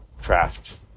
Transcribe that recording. craft